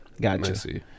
gotcha